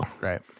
Right